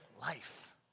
life